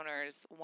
owners